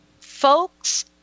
folks